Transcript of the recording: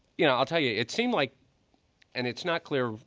you know i'll tell you, it seemed like and it's not clear,